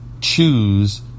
choose